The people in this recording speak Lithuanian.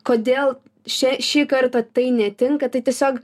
kodėl šie šį kartą tai netinka tai tiesiog